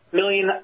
million